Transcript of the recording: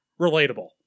Relatable